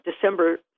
December